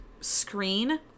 screen